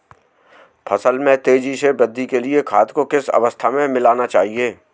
फसल में तेज़ी से वृद्धि के लिए खाद को किस अवस्था में मिलाना चाहिए?